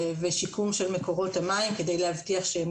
ושיקום של מקורות המים כדי להבטיח שהם